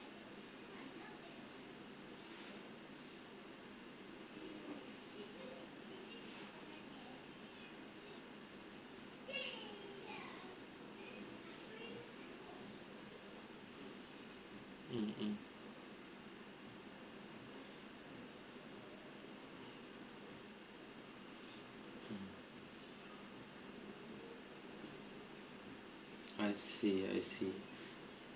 mm mm I see I see